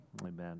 Amen